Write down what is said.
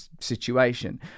situation